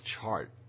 chart